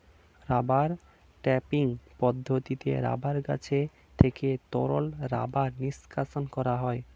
rubber tapping পদ্ধতিতে rubber গাছ থেকে তরল রাবার নিষ্কাশণ করা হয়